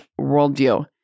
worldview